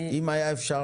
אם היה אפשר,